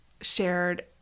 shared